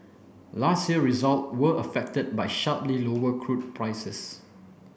last year result were affected by sharply lower crude prices